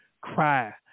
cry